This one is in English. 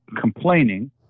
complaining